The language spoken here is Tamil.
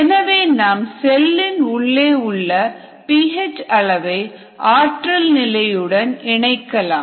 எனவே நாம் செல்லின் உள்ளே உள்ள பி எச் அளவை ஆற்றல் நிலையுடன் இணைக்கலாம்